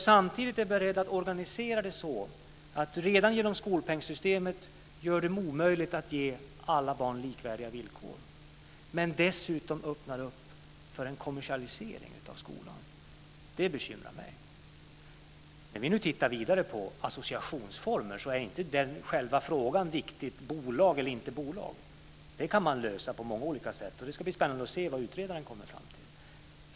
Samtidigt är hon beredd att organisera så att man redan genom skolpengssystemet gör det omöjligt att ge alla barn likvärdiga villkor. Dessutom öppnar man för en kommersialisering av skolan. Det bekymrar mig. När vi nu tittar vidare på associationsformer är inte frågan om det ska vara bolag eller inte bolag viktig. Det kan man lösa på många olika sätt, och det ska bli spännande att se vad utredaren kommer fram till.